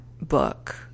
book